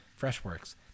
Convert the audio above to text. Freshworks